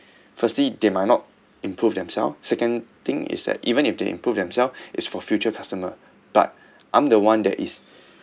firstly they might not improve themself second thing is that even if the improve themself is for future customer but I'm the one that is